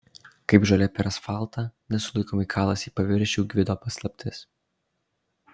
kaip žolė per asfaltą nesulaikomai kalasi į paviršių gvido paslaptis